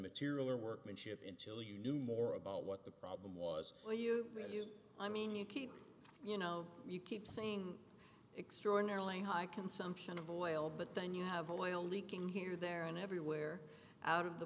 material or workmanship intil you knew more about what the problem was where you really is i mean you keep you know you keep saying extraordinarily high consumption of oil but then you have oil leaking here there and everywhere out of the